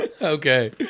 Okay